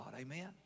Amen